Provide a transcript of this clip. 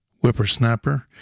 whippersnapper